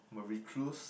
I'm a recluse